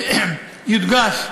יודגש,